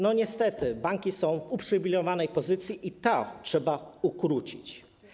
Niestety banki są w uprzywilejowanej pozycji i to trzeba ukrócić.